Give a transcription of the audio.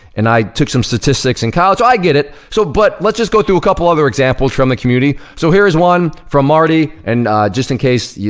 and i took some statistics in college, so i get it, so but let's just go through a couple other examples from the community. so here is one from marty. and just in case, yeah